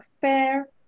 fair